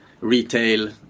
retail